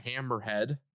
Hammerhead